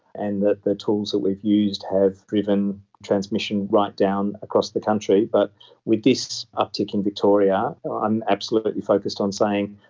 and the the tools that we've used have driven transmission right down across the country. but with this uptick in victoria, i'm absolutely focused on saying,